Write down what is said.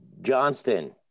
Johnston